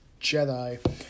Jedi